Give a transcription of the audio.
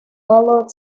followed